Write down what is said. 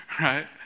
right